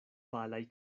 palaj